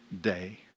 day